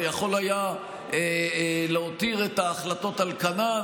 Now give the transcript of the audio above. ויכול היה להותיר את ההחלטות על כנן.